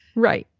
right?